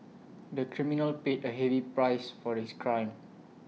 the criminal paid A heavy price for his crime